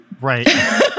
Right